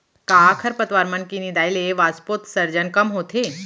का खरपतवार मन के निंदाई से वाष्पोत्सर्जन कम होथे?